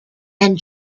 and